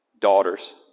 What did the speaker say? daughters